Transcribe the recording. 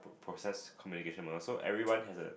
process communication model so everyone has a